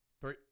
Three